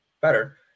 better